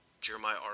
Jeremiah